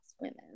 women